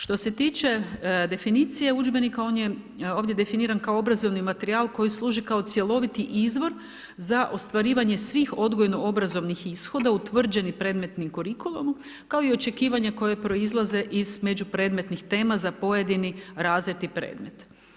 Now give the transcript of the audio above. Što se tiče definicije udžbenika, on je ovdje definiran kao obrazovni materijal koji služi kao cjeloviti izvor za ostvarivanje svih odgojno-obrazovnih ishoda, utvrđenih predmetnim kurikulumom, kao i očekivanja koja proizlaze iz međupredmetnih tema za pojedini razred i premet.